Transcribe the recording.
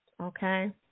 Okay